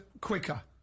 quicker